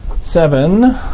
Seven